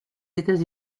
états